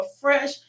fresh